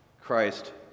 Christ